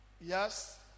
Yes